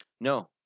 No